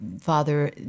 father